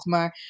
Maar